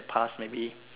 past maybe